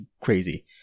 crazy